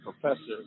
professor